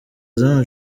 donald